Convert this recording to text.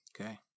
Okay